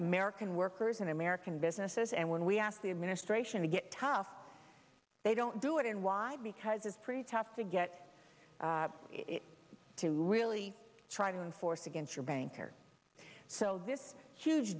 american workers and american businesses and when we ask the administration to get tough they don't do it and why because it's pretty tough to get it to really try when force against your bank or so this huge